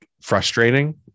frustrating